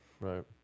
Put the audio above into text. right